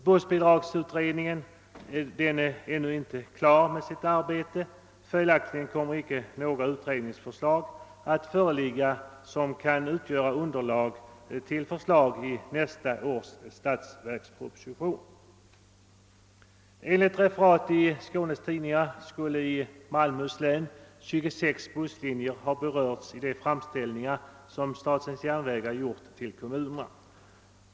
Bussbidragsutredningen är ännu inte klar med sitt arbete, och följaktligen kommer icke några utredningsförslag att föreligga, som kan utgöra underlag för förslag i nästa års statsverksproposition. Enligt referat i Skåne tidningar skulle i Malmöhus län 26 busslinjer ha berörts i de framställningar, som statens järnvägar gjort till kommunerna.